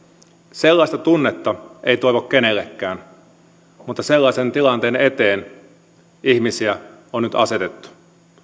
sellaista tunnetta ei toivo kenellekään mutta sellaisen tilanteen eteen ihmisiä on nyt asetettu